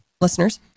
listeners